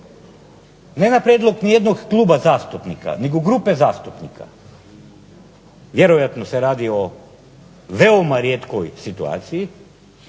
ne na prijedlog ni jednog kluba zastupnika, nego grupe zastupnika. Vjerojatno se radi o veoma rijetkoj situaciji,